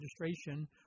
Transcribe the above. registration